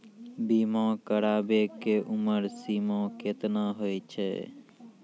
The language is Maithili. बीमा कराबै के उमर सीमा केतना होय छै?